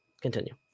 Continue